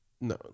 No